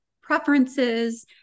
preferences